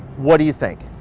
what do you think?